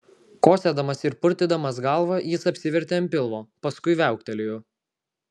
kosėdamas ir purtydamas galvą jis apsivertė ant pilvo paskui viauktelėjo